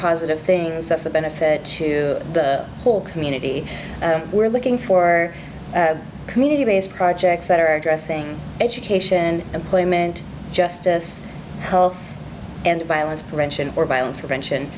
positive things that's the benefit to the whole community we're looking for community based projects that are addressing education employment justice health and violence prevention or violence prevention